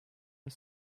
his